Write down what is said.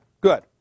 Good